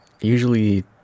usually